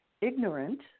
ignorant